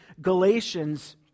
Galatians